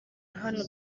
hano